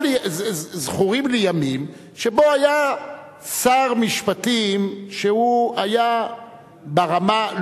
זכורים לי ימים שבהם היה שר משפטים שהוא היה ברמה,